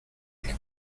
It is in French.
les